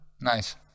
Nice